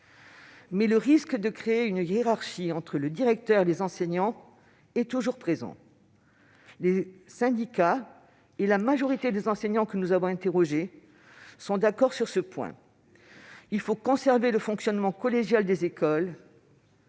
Le risque de créer une hiérarchie entre le directeur et les enseignants est toujours présent. Les syndicats et la majorité des enseignants que nous avons interrogés s'accordent pourtant sur ce point : il faut conserver le fonctionnement collégial des écoles.